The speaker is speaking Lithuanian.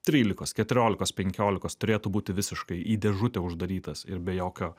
trylikos keturiolikos penkiolikos turėtų būti visiškai į dėžutę uždarytas ir be jokio